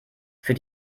für